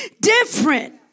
different